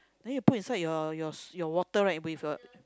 then you put inside your your water right with a